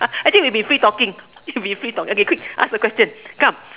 I think we've been free talking we've been free talk okay quick ask the question come